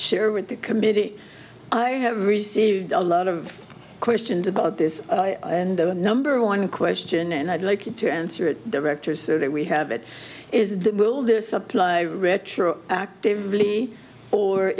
share with the committee i have received a lot of questions about this and the number one question and i'd like you to answer it directors that we have it is that will this apply retro actively or